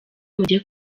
mujye